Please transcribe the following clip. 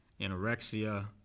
anorexia